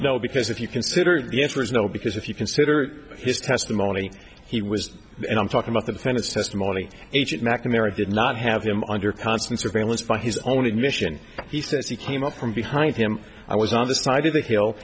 no because if you consider the answer is no because if you consider his testimony he was and i'm talking about the kind of testimony agent mcnamara did not have him under constant surveillance by his own admission he says he came up from behind him i was on the side of the hill